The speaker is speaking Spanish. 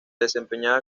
desempeñaba